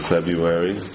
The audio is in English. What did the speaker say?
February